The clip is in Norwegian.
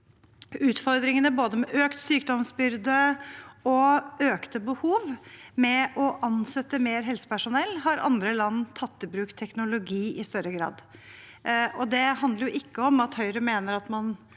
utfordringene både med økt sykdomsbyrde og med økte behov ved å ansette mer helsepersonell, har andre land tatt i bruk teknologi i større grad. Det handler ikke om at Høyre mener at man